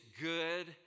good